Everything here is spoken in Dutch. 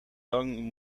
lang